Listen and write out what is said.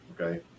okay